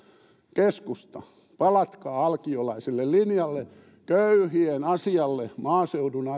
keskusta palatkaa alkiolaiselle linjalle köyhien asialle maaseudun asialle